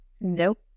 nope